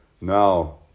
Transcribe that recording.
now